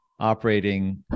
Operating